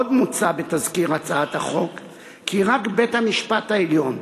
עוד מוצע בתזכיר החוק כי רק בית-המשפט העליון,